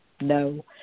no